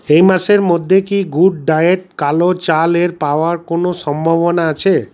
এই মাসের মধ্যে কি গুড ডায়েট কালো চালের পাওয়ার কোনো সম্ভাবনা আছে